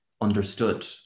understood